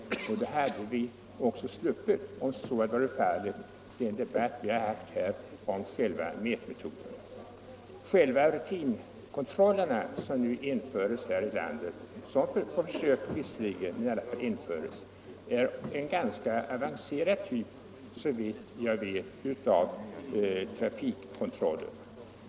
Om så hade varit fallet hade vi också sluppit den debatt vi nu har fört om själva mätmetoden. De rutinkontroller som nu införs här i landet — på försök visserligen — är, såvitt jag vet, en ganska avancerad typ av trafikkontroll.